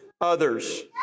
others